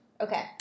Okay